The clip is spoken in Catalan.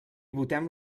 votem